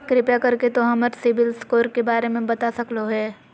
कृपया कर के तों हमर सिबिल स्कोर के बारे में बता सकलो हें?